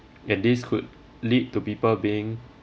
and this could lead to people being